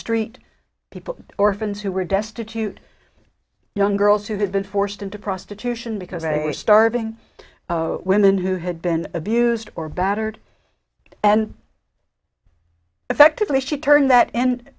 street people orphans who were destitute young girls who had been forced into prostitution because they were starving women who had been abused or battered and effectively she turned that end